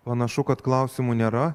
panašu kad klausimų nėra